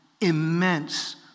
immense